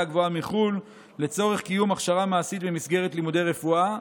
גבוהה מחו"ל לצורך קיום הכשרה מעשית במסגרת לימודי רפואה.